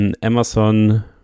Amazon